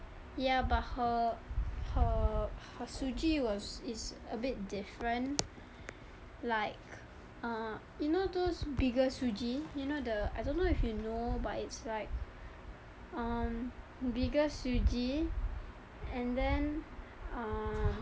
ya but her her her suji was is a bit different like uh you know those bigger suji you know the I don't know if you know but it's like um bigger suji and then um